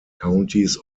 counties